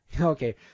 Okay